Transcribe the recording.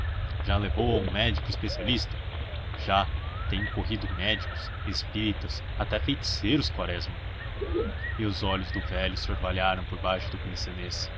a levou a um médico especialista já tenho corrido médicos espíritas até feiticeiros quaresma e os olhos do velho se orvalhavam por baixo do